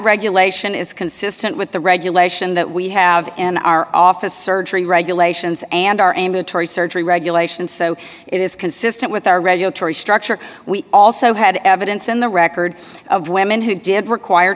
regulation is consistent with the regulation that we have in our office surgery regulations and our amatory surgery regulations so it is consistent with our regulatory structure we also had evidence in the record of women who did require